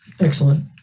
Excellent